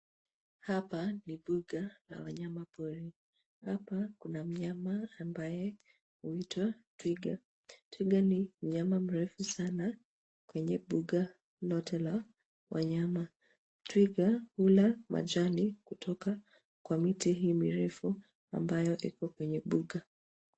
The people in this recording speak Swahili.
Hapa ni mbuga la wanyamapori. Hapa kuna mnyama ambaye huitwa twiga. Twiga ni mnyama mrefu sana kwenye mbuga lote la wanyama. Twiga hula majani kutoka kwa miti hii mirefu ambayo iko kwenye mbuga.